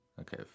Okay